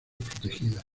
protegidas